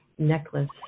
Necklace